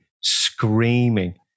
screaming